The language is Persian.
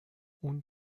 اون